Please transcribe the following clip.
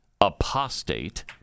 apostate